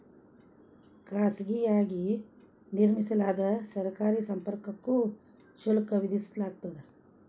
ಖಾಸಗಿಯಾಗಿ ನಿರ್ಮಿಸಲಾದ ಸಾರಿಗೆ ಸಂಪರ್ಕಕ್ಕೂ ಶುಲ್ಕ ವಿಧಿಸಲಾಗ್ತದ